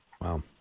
Wow